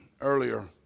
earlier